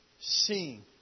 Seeing